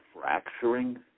fracturing